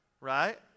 right